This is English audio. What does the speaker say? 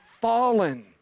fallen